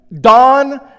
Don